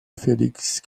felix